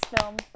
film